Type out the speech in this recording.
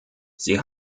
sie